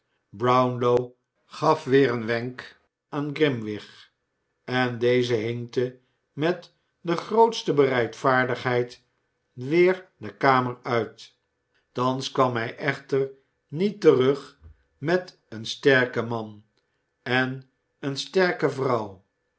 brownlow gaf weer een wenk aan grimwig en deze hinkte met de grootste bereidvaardigheid weer de kamer uit thans kwam hij echter niet terug met een sterken man en eene sterke vrouw